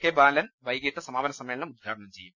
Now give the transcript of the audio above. K Balan വൈകീട്ട് സമാ പന സമ്മേളനം ഉദ്ഘാടനം ചെയ്യും